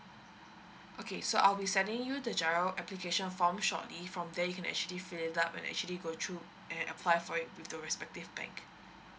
okay so I'll be sending you the giro application form shortly from there you can actually fill it up and actually go through and apply for it with the respective bank